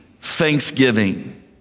thanksgiving